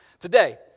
Today